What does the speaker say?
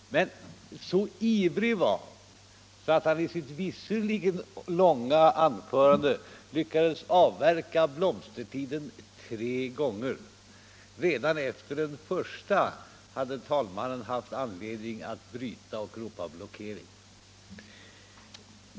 Men så ivrig var han att han i sitt, visserligen långa, anförande lyckades avverka blomstertiden tre gånger. Redan efter den första hade talmannen haft anledning att bryta och ropa: Blockering!